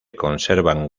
conservan